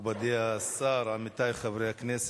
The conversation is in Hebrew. מכובדי השר, עמיתי חברי הכנסת,